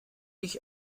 ich